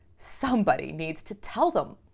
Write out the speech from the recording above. somebody needs to tell them.